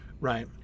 right